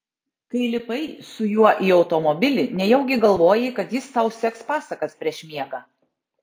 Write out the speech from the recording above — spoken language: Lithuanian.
kai lipai su juo į automobilį nejaugi galvojai kad jis tau seks pasakas prieš miegą